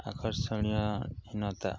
ଆକର୍ଷଣୀୟତା